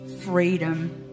freedom